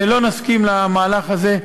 ולא נסכים למהלך הזה.